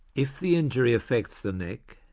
if the injury affects the neck,